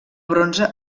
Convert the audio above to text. bronze